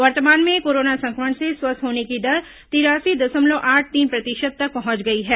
वर्तमान में कोरोना संक्रमण से स्वस्थ होने की दर तिरासी दशमलव आठ तीन प्रतिशत तक पहुंच गई है